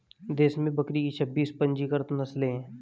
देश में बकरी की छब्बीस पंजीकृत नस्लें हैं